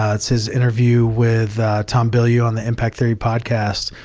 ah it's his interview with tom bilyeu on the impact theory podcast